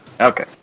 Okay